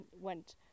went